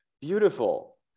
beautiful